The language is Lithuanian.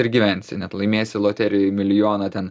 ir gyvensi net laimėsi loterijoj milijoną ten